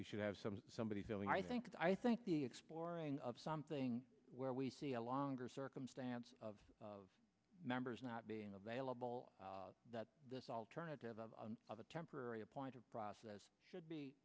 you should have some somebody feeling i think that i think the exploring of something where we see a longer circumstance of members not being available that this alternative of the temporary appointed process should be